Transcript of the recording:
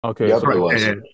Okay